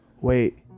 Wait